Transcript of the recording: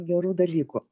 gerų dalykų